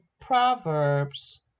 Proverbs